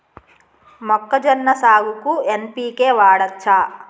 మొక్కజొన్న సాగుకు ఎన్.పి.కే వాడచ్చా?